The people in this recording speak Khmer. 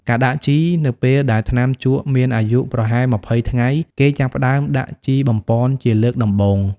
ការដាក់ជី នៅពេលដែលថ្នាំជក់មានអាយុប្រហែល ២០ ថ្ងៃ គេចាប់ផ្ដើមដាក់ជីបំប៉នជាលើកដំបូង។